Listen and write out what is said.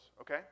okay